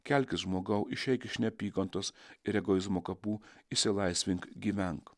kelkis žmogau išeik iš neapykantos ir egoizmo kapų išsilaisvink gyvenk